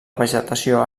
vegetació